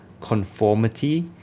conformity